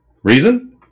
Reason